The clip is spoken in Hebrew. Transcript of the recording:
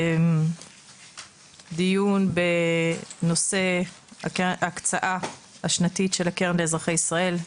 דיון בנושא ההקצאה השנתית של הקרן לאזרחי ישראל.